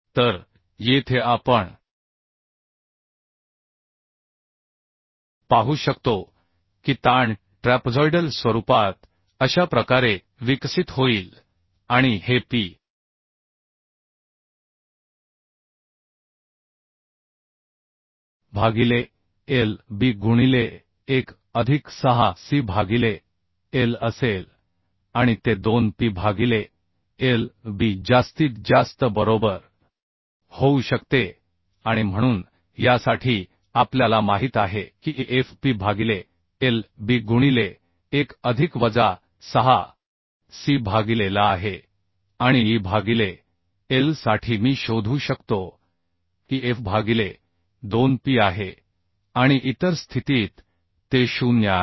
तर येथे आपण पाहू शकतो की ताण ट्रॅपझॉइडल स्वरूपात अशा प्रकारे विकसित होईल आणि हे p भागिले l b गुणिले 1 अधिक 6 c भागिले l असेल आणि ते 2 p भागिले l b जास्तीत जास्त बरोबर होऊ शकते आणि म्हणून यासाठी आपल्याला माहित आहे की f p भागिले l b गुणिले 1 अधिक वजा 6 c भागिले l आहे आणि e भागिले l साठी मी शोधू शकतो की f भागिले 2 p आहे आणि इतर स्थितीत ते 0 आहे